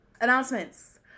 announcements